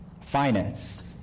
finance